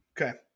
Okay